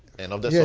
end of the yeah